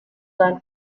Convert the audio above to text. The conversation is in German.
sein